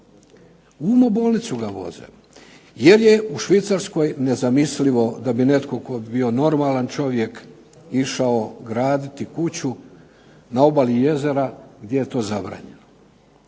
U umobolnicu ga voze, jer je u Švicarskoj nezamislivo da bi netko tko bi bio normalan čovjek išao graditi kuću na obali jezera gdje je to zabranjeno.